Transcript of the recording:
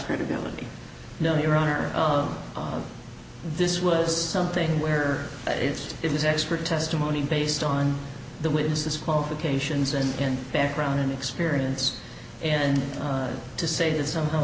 credibility no your honor on this was something where it's it was expert testimony based on the witnesses qualifications and background and experience and to say that somehow